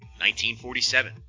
1947